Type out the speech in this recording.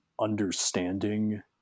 understanding